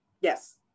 Yes